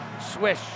Swish